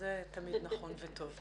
שזה תמיד נכון וטוב.